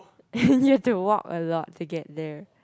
and you have to walk a lot to get there